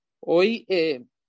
¿Hoy